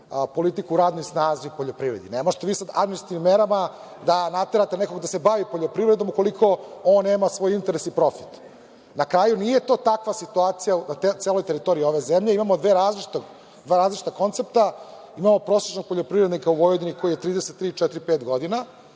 politiku u radnoj snazi u poljoprivredi. Ne možete vi sada administrativnim merama da naterate nekog da se bavi poljoprivredom, ukoliko on nema svoj interes i profit. Na kraju, nije to takva situacija na celoj teritoriji ove zemlje. Imamo dva različita koncepta. Imamo prosečnog poljoprivrednika u Vojvodini koji je 33, 34, 35 godina